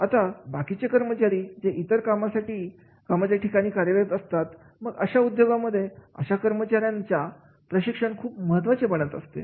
आता बाकीचे कर्मचारी जे इतर ठिकाणी काम करत असतात मग अशा उद्योगांमध्ये अशा कर्मचाऱ्यांच्या प्रशिक्षण खूप महत्त्वाचे बनत असते